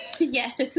Yes